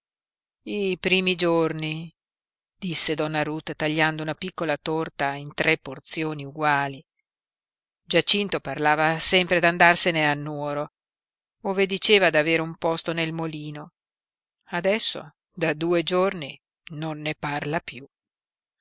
i primi giorni disse donna ruth tagliando una piccola torta in tre porzioni eguali giacinto parlava sempre d'andarsene a nuoro ove diceva d'aver un posto nel molino adesso da due giorni non ne parla piú